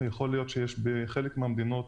בחלק מהמדינות,